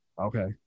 Okay